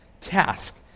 task